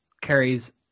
carries